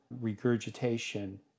regurgitation